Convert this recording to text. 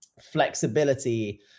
flexibility